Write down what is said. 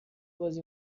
بازی